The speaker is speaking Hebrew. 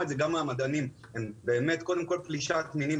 את זה גם מן המדענים הן קודם כול פלישת מינים,